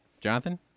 Jonathan